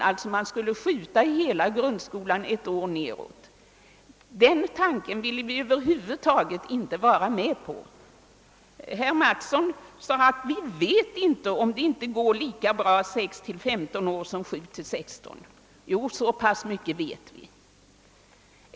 Man skulle alltså skjuta hela grundskolan ett år nedåt. En sådan ändring vill vi över huvud taget inte vara med: om. Herr Mattsson sade att vi inte vet, om det inte går lika bra om den skolpliktiga åldern är 6—15 som 7—16 år. Jo, så mycket vet vi.